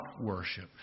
worship